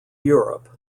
europe